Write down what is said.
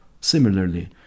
Similarly